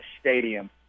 stadium